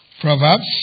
Proverbs